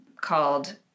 called